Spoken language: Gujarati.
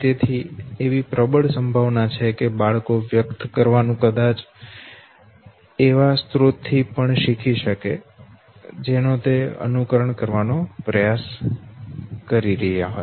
તેથી એવી પ્રબળ સંભાવના છે કે બાળકો વ્યક્ત કરવાનું કદાચ પણ એવા સ્રોત થી શીખી શકે જેનો તે અનુકરણ કરવાનો પ્રયાસ કરી રહ્યો હોય